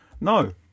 no